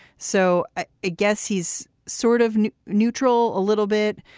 so i ah guess he's sort of neutral a little bit.